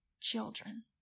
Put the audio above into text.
children